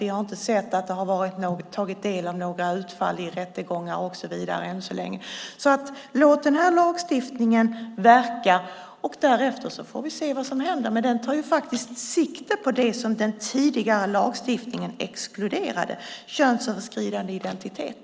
Vi har inte tagit del av några utfall i rättegångar och så vidare än så länge. Låt den här lagstiftningen verka! Därefter får vi se vad som händer. Men den tar faktiskt sikte på det som den tidigare lagstiftningen exkluderade, könsöverskridande identitet.